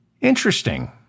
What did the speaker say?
Interesting